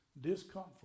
discomfort